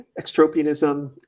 extropianism